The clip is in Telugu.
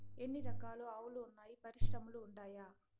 ఎన్ని రకాలు ఆవులు వున్నాయి పరిశ్రమలు ఉండాయా?